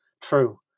true